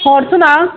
ਹੋਰ ਸੁਣਾ